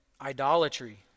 idolatry